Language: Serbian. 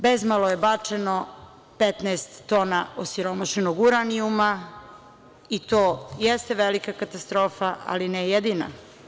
Bezmalo je bačeno 15 tona osiromašenog uranijuma, i to jeste velika katastrofa, ali ne jedina.